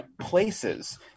places